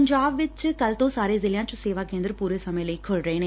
ਪੰਜਾਬ ਚ ਕੱਲ੍ਹ ਤੋ ਸਾਰੇ ਜ਼ਿਲ੍ਹਿਆਂ ਚ ਸੇਵਾ ਕੇਦਰ ਪੂਰੇ ਸਮੇ ਲਈ ਖੁੱਲ੍ਹ ਰਹੇ ਨੇ